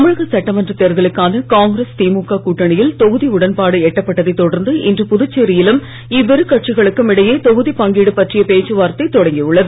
தமிழக சட்டமன்ற தேர்தலுக்கான காங்கிரஸ் திமுக கூட்டணியில் தொகுதி உடன்பாடு எட்டப்பட்டதை தொடர்ந்து இன்று புதுச்சேரியிலும் இவ்விரு கட்சிகளுக்கும் இடையே தொகுதி பங்கீடு பற்றிய பேச்சு வார்த்தை தொடங்கி உள்ளது